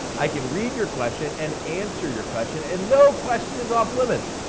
i can read your question and answer your question and no question is off limits.